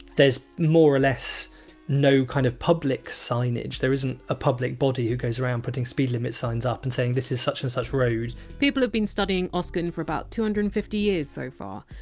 there's more or less no kind of public signage. there isn't a public body who goes around putting speed limit signs up and saying this is such and such road people have been studying oscan for about two hundred and fifty years so far,